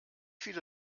viele